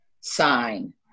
sign